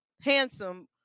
handsome